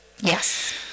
Yes